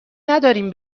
ندارین